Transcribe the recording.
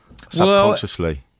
subconsciously